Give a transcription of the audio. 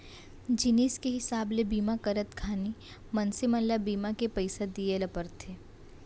जिनिस के हिसाब ले बीमा करत घानी मनसे मन ल बीमा के पइसा दिये ल परथे